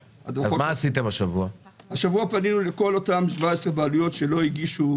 השבוע פנינו לכל 17 הבעלויות שלא הגישו